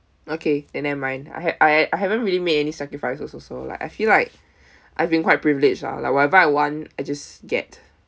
okay then never mind I h~ I haven't really made any sacrifices also so like I feel like I've been quite privileged lah like whatever I want I just get